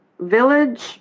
village